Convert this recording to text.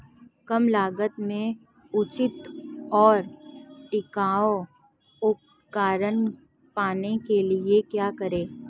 कम लागत पर उचित और टिकाऊ उपकरण पाने के लिए क्या करें?